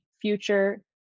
future